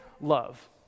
love